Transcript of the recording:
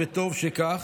וטוב שכך,